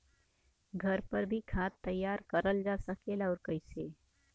घर पर भी खाद तैयार करल जा सकेला और कैसे?